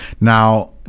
Now